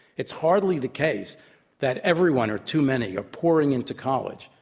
it's hardly the case that everyone or too many are pouring into college.